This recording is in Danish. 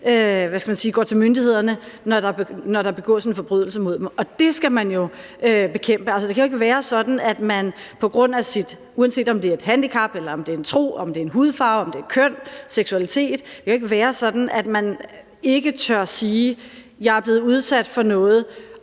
går til myndighederne, når der begås en forbrydelse mod dem, og det skal man jo bekæmpe. Det kan jo ikke være sådan, at man, uanset om det er på grund af et handicap, ens tro, ens hudfarve, ens køn eller ens seksualitet, ikke tør sige, at man er blevet udsat for noget,